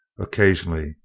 Occasionally